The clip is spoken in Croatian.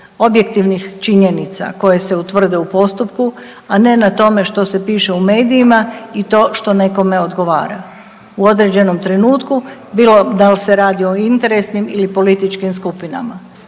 objektivnih činjenica koje se utvrde u postupku, a ne na tome što se piše u medijima i to što nekome odgovara u određenom trenutku, bilo da l' se radi o interesnim ili političkim skupinama.